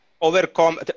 overcome